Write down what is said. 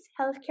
healthcare